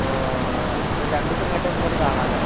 അപ്പോൾ ഒരു രണ്ടു ദിവസം കഴിഞ്ഞിട്ട് നമുക്കൊന്ന് കാണാമല്ലേ